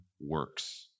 works